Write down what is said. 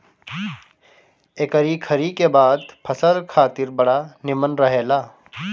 एकरी खरी के खाद फसल खातिर बड़ा निमन रहेला